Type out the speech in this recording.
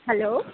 hello